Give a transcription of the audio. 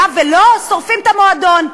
היה ולא, שורפים את המועדון.